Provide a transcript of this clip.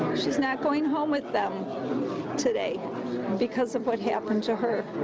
she's not going home with them today because of what happened to her.